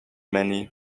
many